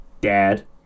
Dad